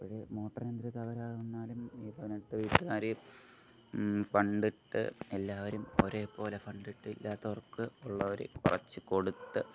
അപ്പോൾ മോട്ടോറിന് എന്ത് തകരാർ വന്നാലും ഈ പതിനെട്ട് വീട്ടുകാരേയും ഫണ്ട് ഇട്ട് എല്ലാവരും ഒരേ പോലെ ഫണ്ടിട്ട് ഇല്ലാത്തവർക്ക് ഉള്ളവർ കുറച്ച് കൊടുത്ത്